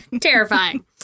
Terrifying